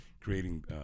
creating